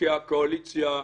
חלקי הקואליציה,